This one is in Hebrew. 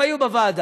הם היו בוועדה